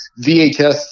VHS